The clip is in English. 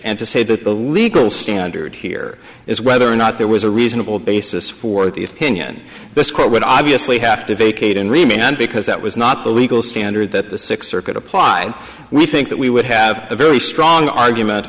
to say that the legal standard here is whether or not there was a reasonable basis for the opinion this court would obviously have to vacate and remain on because that was not the legal standard that the sixth circuit applied we think that we would have a very strong argument